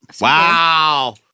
Wow